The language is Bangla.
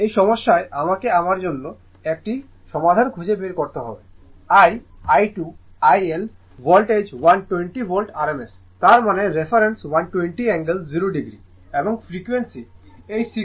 এই সমস্যায় আমাকে আমার জন্য একটি সমাধান খুঁজে বের করতে হবে I I 2 IL voltage 120 volt rms তার মানে রেফারেন্স 120 অ্যাঙ্গেল 0o এবং ফ্রিকোয়েন্সি এই 60 হার্টজ নিন